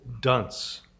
dunce